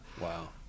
wow